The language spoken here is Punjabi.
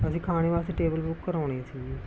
ਅਸੀਂ ਖਾਣੇ ਵਾਸਤੇ ਟੇਬਲ ਬੁੱਕ ਕਰਵਾਉਣੀ ਸੀ ਜੀ